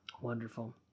Wonderful